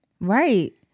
Right